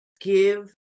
give